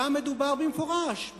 שם מדובר במפורש,